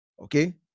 okay